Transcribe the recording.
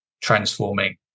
transforming